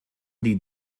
die